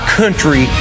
country